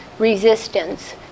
resistance